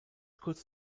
kurz